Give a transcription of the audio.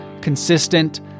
consistent